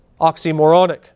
oxymoronic